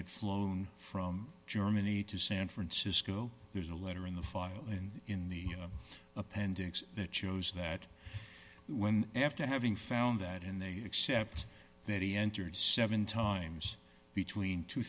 had flown from germany to san francisco there's a letter in the file and in the appendix that shows that when after having found that in they accept that he entered seven times between tw